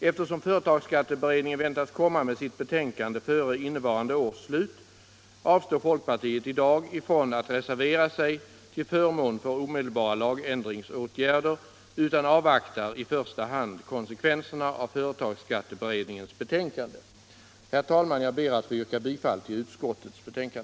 Eftersom företagsskatteberedningen väntas komma med sitt betänkande före innevarande års slut avstår folkpartiet i dag från att reservera sig till förmån för omedelbara lagändringsåtgärder utan avvaktar i första hand konsekvenserna av företagsskatteberedningens betänkande. Jag ber, herr talman, att få yrka bifall till utskottets hemställan.